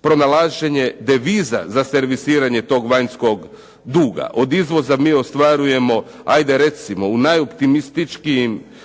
pronalaženje deviza za servisiranje tog vanjskog duga. Od izvoza mi ostvarujemo, ajde recimo u najoptimističkijim